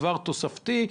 דבר תוספתי,